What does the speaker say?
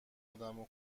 آدمو